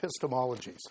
epistemologies